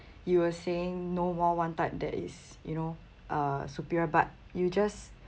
you were saying no more one type that is you know uh superior but you just